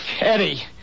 Eddie